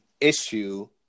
issue